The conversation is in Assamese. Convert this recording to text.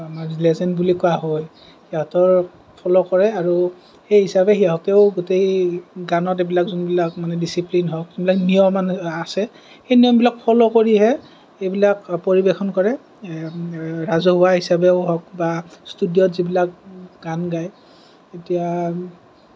লেজেণ্ড বুলি কোৱা হয় সিহঁতক ফল' কৰে আৰু সেই হিচাপে সিহঁতেও গোটেই গানত এইবিলাক যোনবিলাক মানে ডিচিপ্লিন হওঁক যোনবিলাক নিয়ম মানে আছে সেই নিয়মবিলাক ফল' কৰিহে এইবিলাক পৰিৱেশন কৰে ৰাজহুৱা হিচাপেও হওঁক বা ষ্টুডিঅত যোনবিলাক গান গায় তেতিয়া